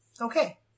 Okay